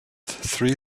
three